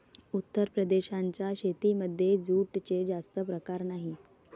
उत्तर प्रदेशाच्या शेतीमध्ये जूटचे जास्त प्रकार नाही